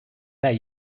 that